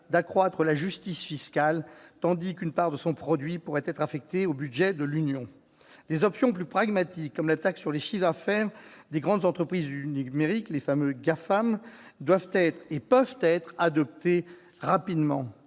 d'accroître la justice fiscale, tandis qu'une part de son produit pourrait être affectée au budget de l'Union. Des options plus pragmatiques, comme une taxe sur les chiffres d'affaires des grandes entreprises du numérique, les fameux GAFAM, doivent et peuvent être adoptées rapidement.